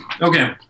Okay